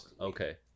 okay